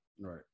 Right